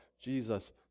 jesus